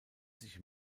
sich